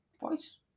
voice